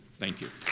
thank you.